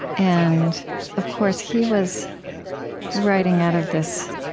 and of course, he was writing out of this